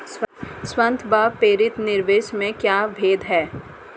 स्वायत्त व प्रेरित निवेश में क्या भेद है?